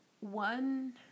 One